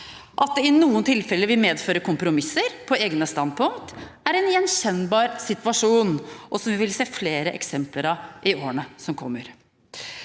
At det i noen tilfeller vil medføre kompromisser på egne standpunkt, er en gjenkjennbar situasjon som vi vil se flere eksempler på i årene som kommer.